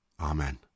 Amen